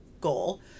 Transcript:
goal